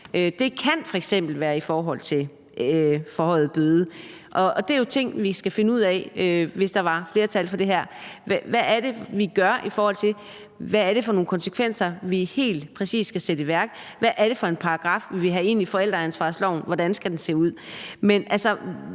det kan f.eks. være forhøjede bøder. Det var jo ting, vi skulle finde ud af, hvis der var flertal for det her: Hvad er det, vi gør, i forhold til hvad det er for nogle konsekvenser, vi helt præcis skal sætte i værk, hvad er det for en paragraf, vi vil have ind i forældreansvarsloven, og hvordan skal den se ud?